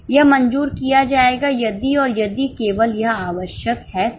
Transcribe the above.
यह मंजूर किया जाएगा यदि और यदि केवल यह आवश्यक है तो